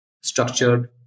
structured